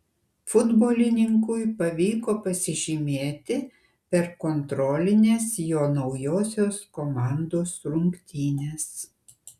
futbolininkui pavyko pasižymėti per kontrolines jo naujosios komandos rungtynes